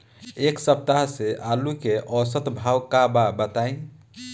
एक सप्ताह से आलू के औसत भाव का बा बताई?